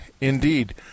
Indeed